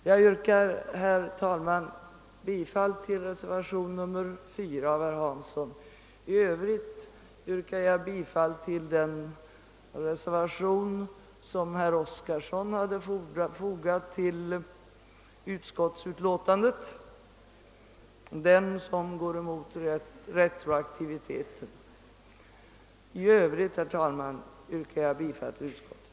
Jag yrkar, herr talman, bifall till reservation 4 av herr Hansson i Piteå. Vidare yrkar jag bifall till reservation 2 av herr Oskarson, d.v.s. den reservation som går emot retroaktiviteten. I övrigt yrkar jag bifall till utskottets hemställan.